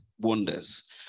wonders